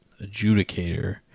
adjudicator